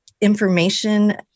information